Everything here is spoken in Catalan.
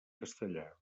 castellà